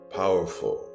powerful